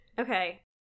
Okay